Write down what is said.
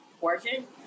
Working